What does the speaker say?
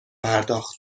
پرداخت